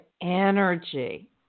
energy